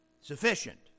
sufficient